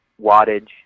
wattage